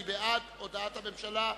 מי בעד הודעת הממשלה?